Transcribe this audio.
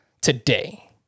Today